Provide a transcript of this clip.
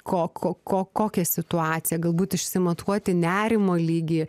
ko ko ko kokia situacija galbūt išsimatuoti nerimo lygį